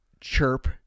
chirp